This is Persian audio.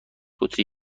بطری